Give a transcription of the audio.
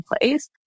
place